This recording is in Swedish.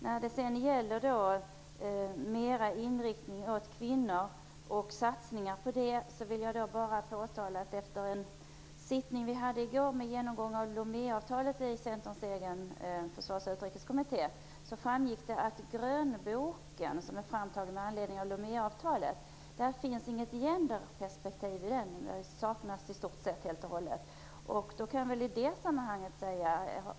När det gäller inriktningen på satsningen på kvinnor, vill jag påtala att vid en sittning i går med en genomgång av Loméavtalet i Centerns egen Försvarsoch utrikeskommitté, framgick det att i grönboken - framtagen med anledning av Loméavtalet - finns inget genderperspektiv. Det saknas i stort sett helt och hållet.